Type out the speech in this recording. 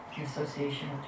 association